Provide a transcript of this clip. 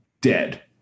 Dead